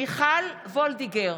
מיכל וולדיגר,